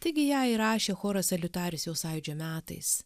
taigi ją įrašė choras aliutaris jau sąjūdžio metais